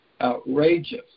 outrageous